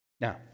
Now